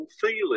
feeling